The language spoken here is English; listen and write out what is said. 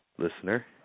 listener